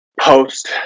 post